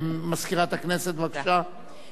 ברשות יושב-ראש הכנסת,